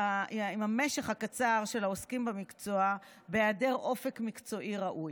המשך הקצר של העוסקים במקצוע בהיעדר אופק מקצועי ראוי.